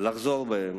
לחזור בהם,